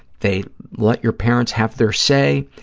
they let your parents have their say.